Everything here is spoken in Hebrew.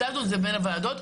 הזזנו את זה בין הוועדות.